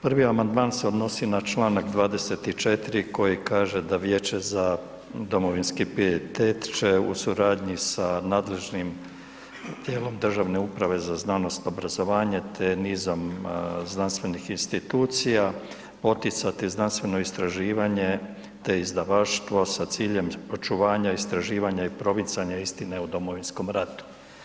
Prvi amandman se odnosi na Članak 24. koji kaže da Vijeće za domovinski pijetete će u suradnji sa nadležnim tijelom državne uprave za znanost, obrazovanje te nizom znanstvenih institucija poticati znanstveno istraživanje te izdavaštvo sa ciljem očuvanja istraživanja i promicanja istine o Domovinskom ratu.